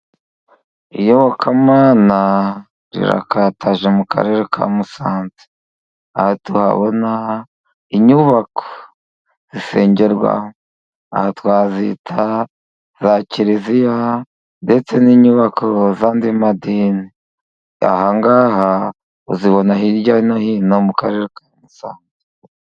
Iyobokamana rirakataje mu karere ka Musanze. Aha turabona inyubako zisengerwamo， aha twazita za kiriziya，ndetse n'inyubako z'andi madini. Aha ngaha uzibona hirya no hino mu karere ka Musanze.